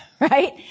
Right